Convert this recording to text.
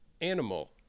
animal